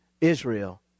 Israel